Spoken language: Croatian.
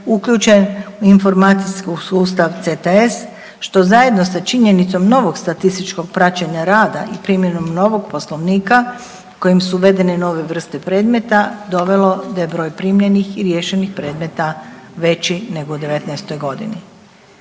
uključen u informacijski sustav CTS što zajedno sa činjenicom novog statističkog praćenja rada i primjenom novog poslovnika kojim su uvedene nove vrste predmeta dovelo da je broj primljenih i riješenih predmeta veći nego u '19. godini.